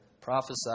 prophesied